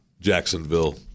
Jacksonville